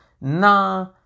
nah